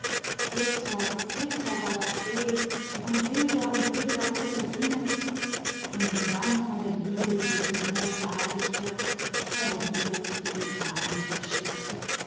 bitter bitter war der schmerz und wilder wilder wurde das lied denn sie sang nun von der liebe die der tod verklärt von der liebe die auch im grabe nicht stirbt